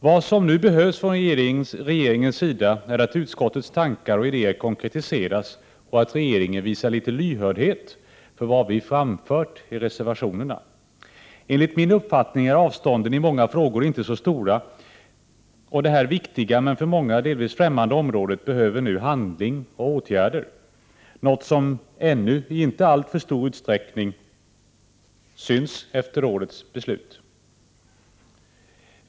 Vad som nu behövs från regeringens sida är att utskottets tankar och idéer konkretiseras och att regeringen visar litet lyhördhet för vad vi framfört i reservationerna. Enligt min uppfattning är avstånden i många frågor inte så stora, och det här viktiga, men för många delvis ffträmmande, området behöver nu handling och åtgärder. Detta är något som ännu inte i alltför stor utsträckning syns efter fjolårets beslut.